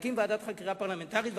להקים ועדת חקירה פרלמנטרית.